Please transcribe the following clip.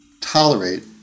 tolerate